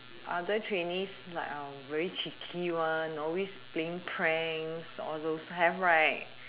other trainees like um very cheeky one always playing pranks all those have right